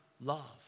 love